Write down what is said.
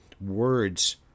Words